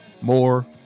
more